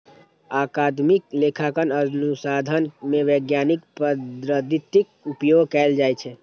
अकादमिक लेखांकन अनुसंधान मे वैज्ञानिक पद्धतिक उपयोग कैल जाइ छै